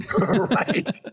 Right